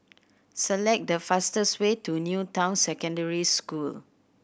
select the fastest way to New Town Secondary School